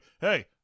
hey